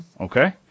Okay